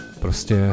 prostě